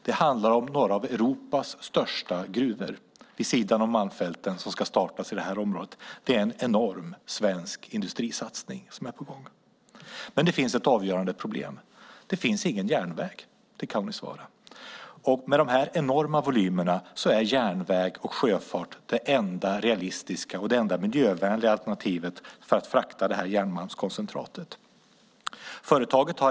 Det handlar om några av Europas största gruvor, vid sidan om Malmfälten, som ska startas i det här området. Det är en enorm svensk industrisatsning som är på gång. Men det finns ett avgörande problem. Det finns ingen järnväg till Kaunisvaara. Med de här enorma volymerna är järnväg och sjöfart de enda realistiska och miljövänliga alternativen för att frakta det här järnmalmskoncentratet.